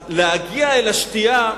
כדי להגיע אל השתייה,